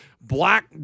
black